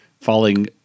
falling